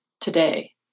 today